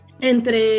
entre